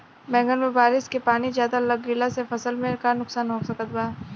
बैंगन पर बारिश के पानी ज्यादा लग गईला से फसल में का नुकसान हो सकत बा?